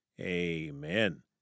amen